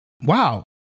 wow